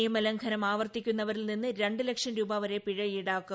നിയമലംഘനം ആവർത്തിക്കുന്നവരിൽ നിന്ന് രണ്ടു ലക്ഷം രൂപ വരെ പിഴ ഈടാക്കും